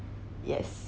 yes